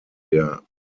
der